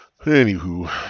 Anywho